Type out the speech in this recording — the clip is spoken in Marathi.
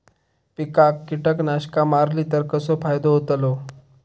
पिकांक कीटकनाशका मारली तर कसो फायदो होतलो?